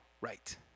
right